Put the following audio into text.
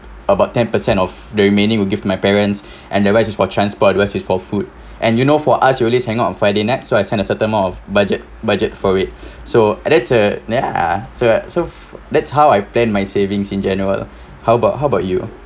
about ten percent of the remaining will give my parents and the rest is for transport and the rest is for food and you know for us who only hangs out on friday night so I set a certain amount of budget budget for it so at that the meh ah so so that's how I plan my savings in general how about how about you